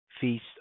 Feast